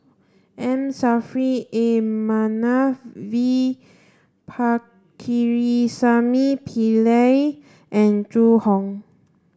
M Saffri A Manaf V Pakirisamy Pillai and Zhu Hong